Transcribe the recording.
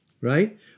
right